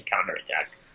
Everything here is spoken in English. counterattack